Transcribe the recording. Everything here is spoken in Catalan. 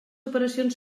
operacions